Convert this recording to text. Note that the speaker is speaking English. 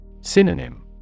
Synonym